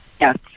Yes